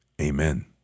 amen